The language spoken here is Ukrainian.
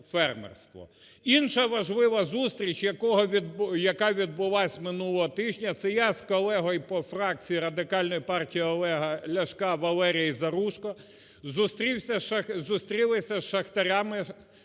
Інша важлива зустріч, яка відбулася минулого тижня, це я з колегою по фракції Радикальної партії Олега Ляшка Валерією Заружко зустрілися з шахтарями з